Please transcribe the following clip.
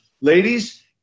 Ladies